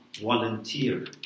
volunteer